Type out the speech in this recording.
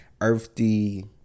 earthy